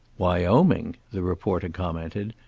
wyoming! the reporter commented.